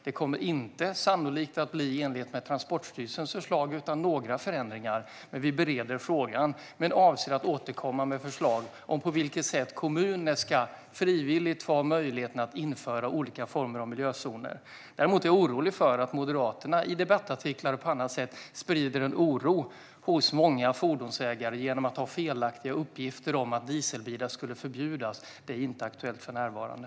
Det kommer sannolikt inte att bli i enlighet med Transportstyrelsens förslag utan några förändringar. Vi bereder alltså frågan och avser att återkomma med förslag om på vilket sätt kommuner frivilligt ska få möjlighet att införa olika typer av miljözoner. Däremot är jag orolig för att Moderaterna i debattartiklar och på andra sätt sprider en oro hos många fordonsägare genom felaktiga uppgifter om att dieselbilar ska förbjudas. Det är inte aktuellt för närvarande.